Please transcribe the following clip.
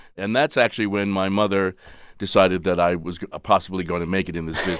and that's actually when my mother decided that i was ah possibly going to make it in this